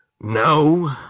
no